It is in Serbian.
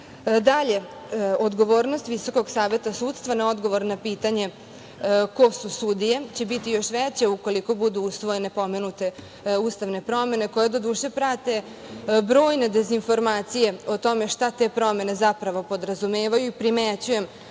zvanje. Odgovornost Visokog saveta sudstva na odgovor na pitanje - ko su sudije, će biti još veće ukoliko budu usvojene pomenute ustavne promene koje doduše prate brojne dezinformacije o tome šta te promene zapravo podrazumevaju. Primećujem